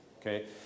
okay